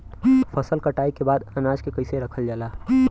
फसल कटाई के बाद अनाज के कईसे रखल जाला?